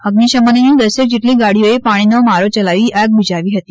અઝિશમનની દસેક જેટલી ગાડીઓએ પાણીનો મારો ચલાવી આગ બૂઝાવી હતી